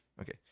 Okay